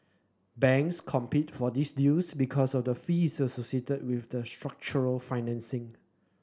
banks compete for these deals because of the fees associated with the structured financing